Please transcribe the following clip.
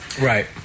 right